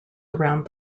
around